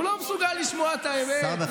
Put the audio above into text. הוא לא מסוגל לשמוע את האמת, נו,